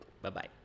Bye-bye